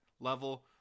level